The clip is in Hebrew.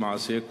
למעשה,